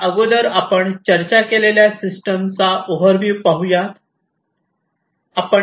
त्या अगोदर आपण पण चर्चा केलेल्या सिस्टम चा ओव्हरर्व्ह्यू पाहू